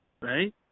Right